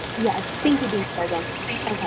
yes, thank you, dean korgan. thank